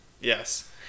Yes